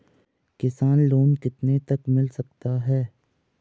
किसान लोंन कितने तक मिल सकता है?